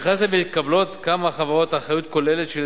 במכרז זה מקבלות כמה חברות אחריות כוללת על